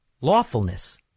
lawfulness